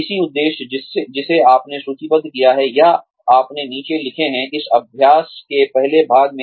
इसी उद्देश्य जिसे आपने सूचीबद्ध किया है या आपने नीचे लिखा है इस अभ्यास के पहले भाग में